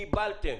קיבלתם.